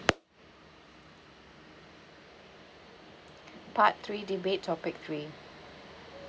part three debate topic three